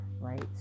right